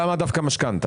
למה דווקא משכנתא?